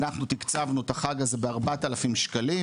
אנחנו תקצבנו את החג הזה ב-4000 שקלים,